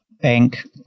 bank